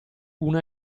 una